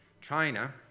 China